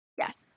Yes